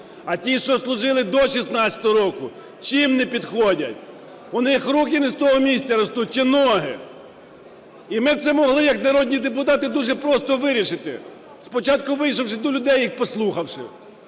А ті, що служили до 16-го року, чим не підходять? У них руки не з того місця ростуть чи ноги? І ми б це могли як народні депутати дуже просто вирішити. Спочатку вийшовши до людей їх послухавши.